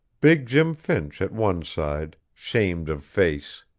big jim finch at one side, shamed of face.